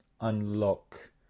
unlock